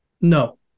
No